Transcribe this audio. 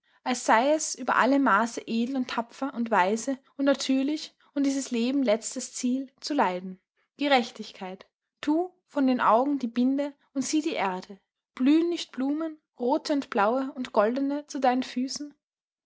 als sei es über alle maßen edel und tapfer und weise und natürlich und dieses lebens letztes ziel zu leiden gerechtigkeit tu von den augen die binde und sieh die erde blühen nicht blumen rote und blaue und goldene zu deinen füßen